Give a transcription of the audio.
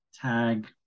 Tag